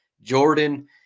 Jordan